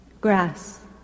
Grass